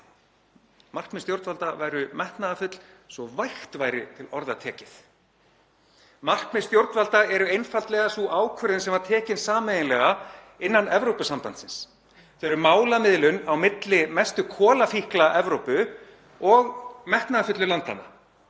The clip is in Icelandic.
markmið stjórnvalda væru metnaðarfull, svo vægt væri til orða tekið. Markmið stjórnvalda eru einfaldlega sú ákvörðun sem var tekin sameiginlega innan Evrópusambandsins. Þau eru málamiðlun á milli mestu kolafíkla Evrópu og metnaðarfullu landanna,